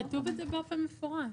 כתוב את זה באופן מפורש.